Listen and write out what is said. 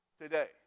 today